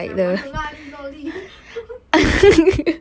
like 我们就 lah li lor li